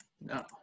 no